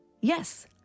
Yes